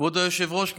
כבוד היושב-ראש,